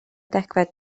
degfed